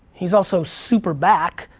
he's also super back,